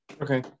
Okay